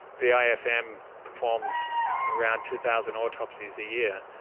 vifm performs around two thousand autopsies a year,